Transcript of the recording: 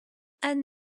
anne